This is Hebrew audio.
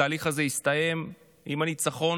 התהליך הזה הסתיים עם הניצחון,